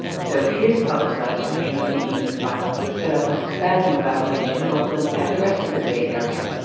so his publicized version of the evening's violence set off a spasm of outrage in oakland and the rest of the bay area.